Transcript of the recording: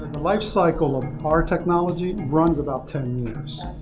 the life cycle of our technology runs about ten years.